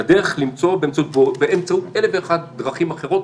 אלא למצוא באמצעות אלף ואחת דרכים אחרות,